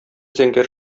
зәңгәр